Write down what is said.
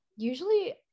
Usually